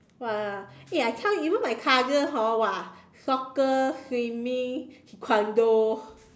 ya lah eh I tell you you know my cousin whole !wah! soccer swimming taekwondo